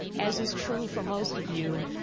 as is true for most of you,